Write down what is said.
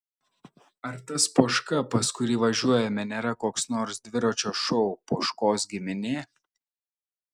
ar tas poška pas kurį važiuojame nėra koks nors dviračio šou poškos giminė